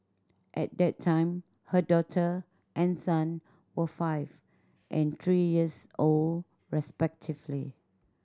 at that time her daughter and son were five and three years old respectively